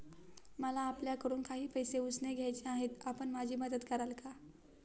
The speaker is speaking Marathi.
मला आपल्याकडून काही पैसे उसने घ्यायचे आहेत, आपण माझी मदत कराल का?